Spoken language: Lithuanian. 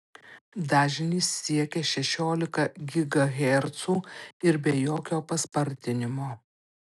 dažnis siekia šešiolika gigahercų ir be jokio paspartinimo